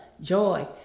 joy